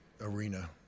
arena